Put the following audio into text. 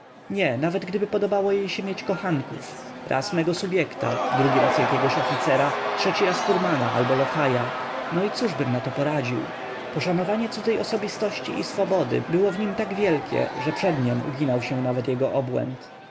nie nawet gdyby podobało się jej mieć kochanków raz mego subjekta drugi raz jakiego oficera trzeci raz furmana albo lokaja no i cóżbym nato poradził poszanowanie cudzej osobistości i swobody było w nim tak wielkie że przed niem uginał się nawet jego obłęd